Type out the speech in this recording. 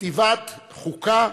כתיבת חוקה,